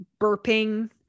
burping